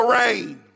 rain